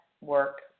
work